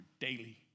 daily